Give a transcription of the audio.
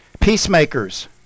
Peacemakers